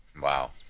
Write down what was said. Wow